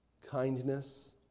kindness